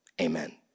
Amen